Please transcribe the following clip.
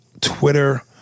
Twitter